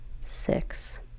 Six